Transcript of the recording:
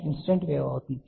incident wave అవుతుంది